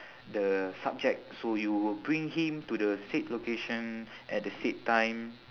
the subject so you will bring him to the said location at the said time